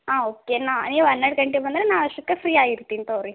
ಹಾಂ ಓಕೆ ನಾ ನೀವು ಹನ್ನೆರಡು ಗಂಟೆಗೆ ಬಂದರೆ ನಾನು ಅಷ್ಟೊತ್ತಿಗೆ ಫ್ರೀ ಆಗಿರ್ತೀನಿ ತಗೋ ರೀ